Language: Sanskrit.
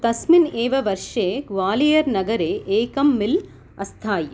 तस्मिन् एव वर्षे ग्वालियर् नगरे एकं मिल् अस्थायि